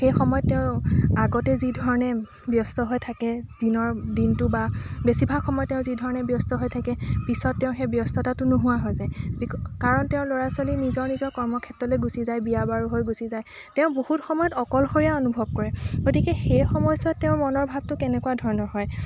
সেই সময়ত তেওঁ আগতে যিধৰণে ব্যস্ত হৈ থাকে দিনৰ দিনটো বা বেছিভাগ সময় তেওঁ যি ধৰণে ব্যস্ত হৈ থাকে পিছত তেওঁৰ সেই ব্যস্ততাটো নোহোৱা হৈ যায় কাৰণ তেওঁৰ ল'ৰা ছোৱালী নিজৰ নিজৰ কৰ্মক্ষেত্ৰলৈ গুচি যায় বিয়া বাৰু হৈ গুচি যায় তেওঁ বহুত সময়ত অকলশৰীয়া অনুভৱ কৰে গতিকে সেই সময়ছোৱাত তেওঁৰ মনৰ ভাৱটো কেনেকুৱা ধৰণৰ হয়